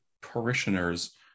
parishioners